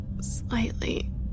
Slightly